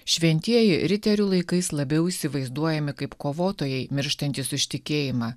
šventieji riterių laikais labiau įsivaizduojami kaip kovotojai mirštantys už tikėjimą